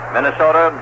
Minnesota